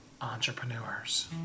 entrepreneurs